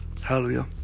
Hallelujah